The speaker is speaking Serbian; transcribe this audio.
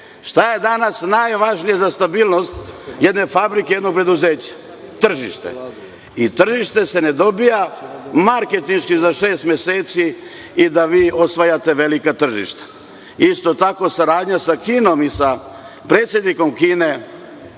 Šta je danas najvažnije za stabilnost jedne fabrike i jednog preduzeća? Tržište. Tržište se ne dobija marketinški za šest meseci i da vi osvajate velika tržišta. Isto tako, saradnja sa Kinom i sa predsednikom Kine